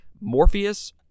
Morpheus